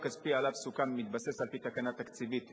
הסיוע הכספי שעליו סוכם מתבסס על תקנה תקציבית